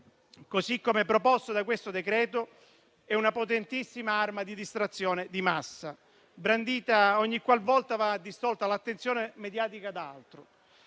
così come proposto dal decreto, è una potentissima arma di distrazione di massa, brandita ogni qualvolta va distolta l'attenzione mediatica da altro.